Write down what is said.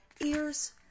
ears